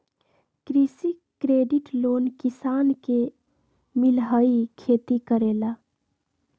कृषि credit loan किसान के मिलहई खेती करेला?